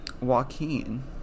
Joaquin